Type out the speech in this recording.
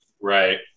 Right